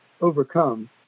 overcome